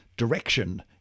direction